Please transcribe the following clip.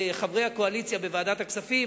חברי הקואליציה בוועדת הכספים,